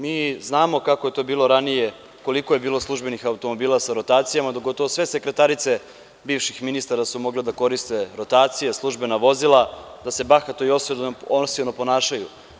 Mi znamo kako je to bilo ranije, koliko je bilo službenih automobila sa rotacijama, gotovo sve sekretarice bivših ministara su mogle da koriste rotacije, službena vozila, da se bahato i osilno ponašaju.